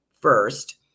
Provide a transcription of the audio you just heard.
first